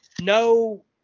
no